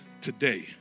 today